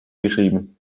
geschrieben